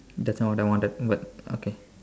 that's not what I wanted but okay